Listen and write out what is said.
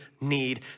need